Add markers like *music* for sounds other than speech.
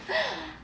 *breath*